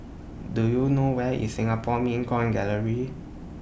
Do YOU know Where IS Singapore Mint Coin Gallery